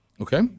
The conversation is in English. Okay